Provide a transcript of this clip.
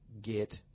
get